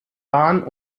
bahn